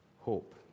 hope